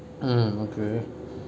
mm okay